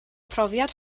profiad